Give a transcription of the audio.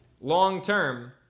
long-term